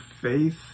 faith